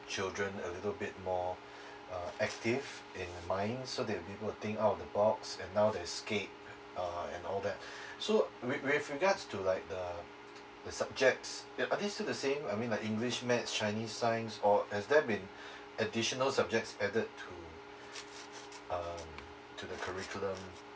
children a little bit more uh active in the minds so they will be able to think out of the box and now there is uh and all that so with with regards to like the the subjects uh are they still the same I mean like english maths chinese science or is there been additional subjects added to um to the curriculum